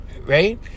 right